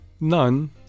none